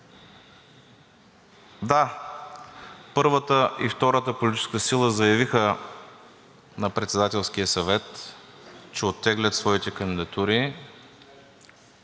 Да, първата и втората политическа сила заявиха на Председателския съвет, че оттеглят своите кандидатури.